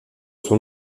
son